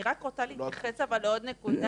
אני רק רוצה להתייחס אבל לעוד נקודה.